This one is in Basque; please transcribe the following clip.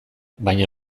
baina